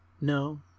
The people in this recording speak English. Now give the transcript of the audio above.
No